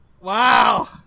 Wow